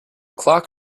clock